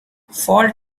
fall